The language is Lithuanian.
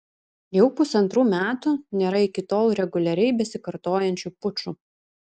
jau pusantrų metų nėra iki tol reguliariai besikartojančių pučų